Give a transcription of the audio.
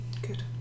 good